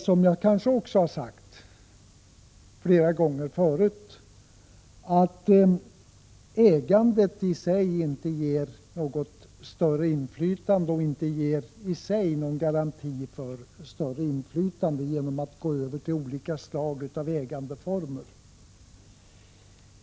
Som jag kanske har sagt flera gånger förut ger ägandet i sig inte något större inflytande. Man garanterar inte något större inflytande genom att gå över till olika slag av ägandeformer.